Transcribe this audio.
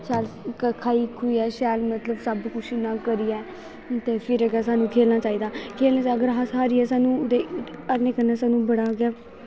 खाई खुइयै मतलब सब कुछ इ'यां करियै ते फिर गै सानूं खेलना चाहिदा खेलिया सानूं हारियै अगर हारनें कन्नै सानूं बड़ा गै